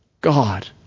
God